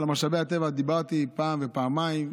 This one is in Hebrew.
על משאבי הטבע דיברתי פעם ופעמיים,